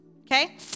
okay